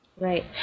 Right